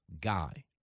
guy